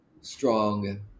strong